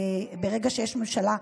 ברגע שיש ממשלה,